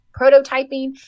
prototyping